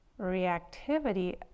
reactivity